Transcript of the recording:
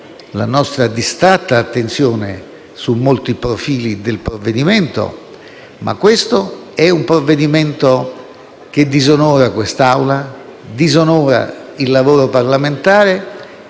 la nostra distratta attenzione su molti profili del provvedimento, ma questo è un provvedimento che disonora quest'Assemblea e disonora il lavoro parlamentare.